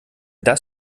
das